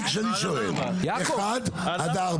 תתחיל, 1 עד 4,